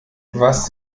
was